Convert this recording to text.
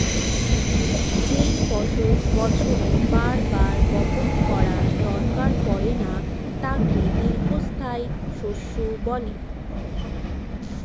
যেই ফসল বছরে বার বার বপণ করার দরকার পড়ে না তাকে দীর্ঘস্থায়ী শস্য বলে